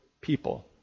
people